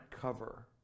cover